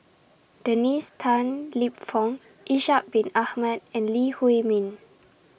Dennis Tan Lip Fong Ishak Bin Ahmad and Lee Huei Min